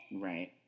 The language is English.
Right